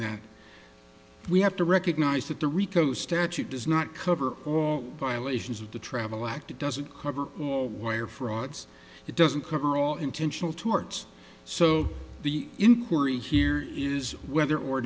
that we have to recognize that the rico statute does not cover all violations of the travel act it doesn't cover wire frauds it doesn't cover all intentional torts so the inquiry here is whether or